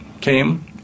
came